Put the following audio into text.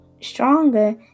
stronger